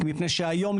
מפני שהיום,